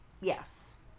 Yes